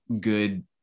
good